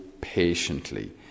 patiently